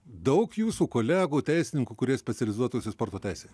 daug jūsų kolegų teisininkų kurie specializuotųsi sporto teisėje